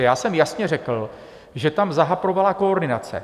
Já jsem jasně řekl, že tam zahaprovala koordinace.